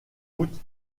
route